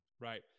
Right